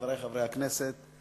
חברי חברי הכנסת,